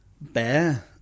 bear